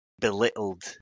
belittled